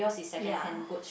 ya